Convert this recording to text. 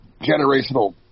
generational